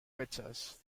pictures